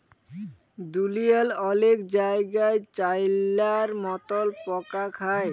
দুঁলিয়ার অলেক জায়গাই চাইলার মতল পকা খায়